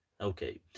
okay